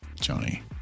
Johnny